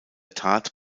tat